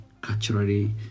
culturally